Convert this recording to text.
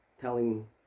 telling